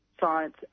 science